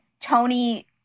Tony